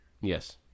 Yes